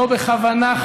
לא בכוונה,